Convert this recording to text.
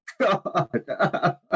God